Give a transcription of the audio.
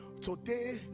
Today